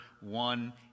one